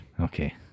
okay